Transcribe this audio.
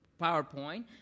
PowerPoint